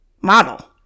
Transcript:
model